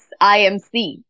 IMC